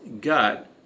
gut